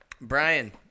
Brian